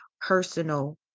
personal